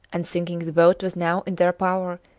and, thinking the boat was now in their power,